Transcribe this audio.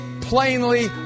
plainly